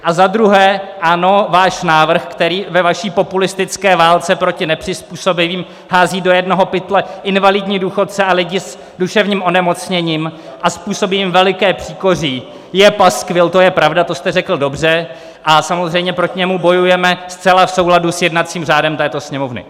A za druhé, ano, váš návrh, který ve vaší populistické válce proti nepřizpůsobivým hází do jednoho pytle invalidní důchodce a lidi s duševním onemocněním a způsobí jim veliké příkoří, je paskvil, to jste řekl dobře, a samozřejmě proti němu bojujeme zcela v souladu s jednacím řádem této Sněmovny.